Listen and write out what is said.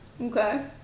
Okay